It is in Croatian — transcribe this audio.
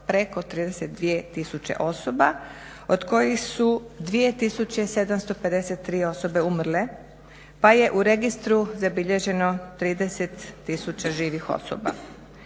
preko 32 tisuće osoba od kojih su 2753 osobe umrle pa je u registru zabilježeno 30 tisuća živih osoba.